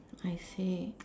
I see